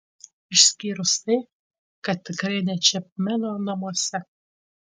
išskyrus tai kad tikrai ne čepmeno namuose